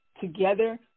together